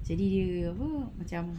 jadi dia apa macam